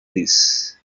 this